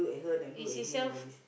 is himself